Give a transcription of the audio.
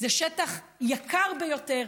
זה שטח יקר ביותר.